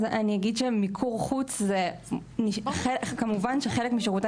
אני אגיד שמיקור חוץ כמובן שחלק משירותי